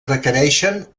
requereixen